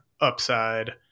upside